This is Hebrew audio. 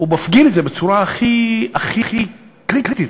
מפגין את זה בצורה הכי קריטית.